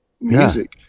music